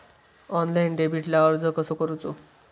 Online डेबिटला अर्ज कसो करूचो?